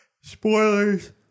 Spoilers